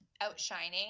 outshining